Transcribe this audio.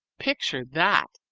picture that,